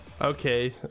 Okay